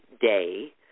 day